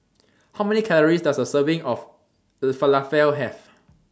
How Many Calories Does A Serving of Falafel Have